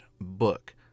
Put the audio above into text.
book